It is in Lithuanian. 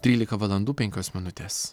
trylika valandų penkios minutės